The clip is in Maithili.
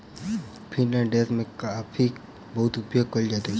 फ़िनलैंड देश में कॉफ़ीक बहुत उपयोग कयल जाइत अछि